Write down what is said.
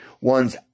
one's